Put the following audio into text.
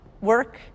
work